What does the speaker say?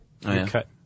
cut